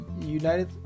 United